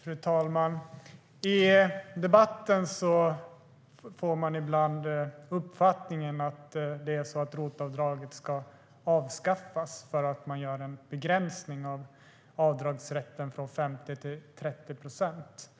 Fru talman! I debatten får man ibland uppfattningen att ROT-avdraget ska avskaffas för att man gör en begränsning av avdragsrätten från 50 procent till 30 procent.